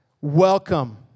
Welcome